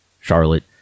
Charlotte